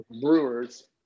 Brewers